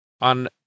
on